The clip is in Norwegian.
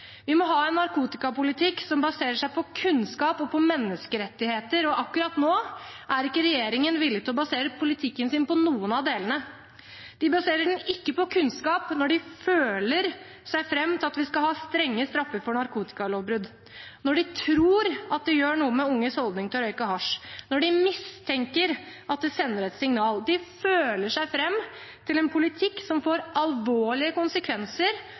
Vi må ha en narkotikapolitikk som baserer seg på kunnskap og på menneskerettigheter, og akkurat nå er ikke regjeringen villig til å basere politikken sin på noen av delene. De baserer den ikke på kunnskap når de føler seg fram til at vi skal ha strenge straffer for narkotikalovbrudd, når de tror at det gjør noe med unges holdning til å røyke hasj, og når de mistenker at det sender et signal. De føler seg fram til en politikk som får alvorlige konsekvenser